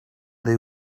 they